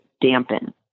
dampen